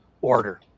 order